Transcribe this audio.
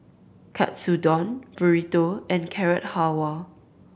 Katsudon Burrito and Carrot Halwa